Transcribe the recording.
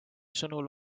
sõnul